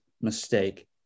mistake